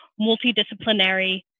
multidisciplinary